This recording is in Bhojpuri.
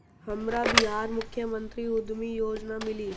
हमरा बिहार मुख्यमंत्री उद्यमी योजना मिली?